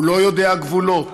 הוא לא יודע גבולות,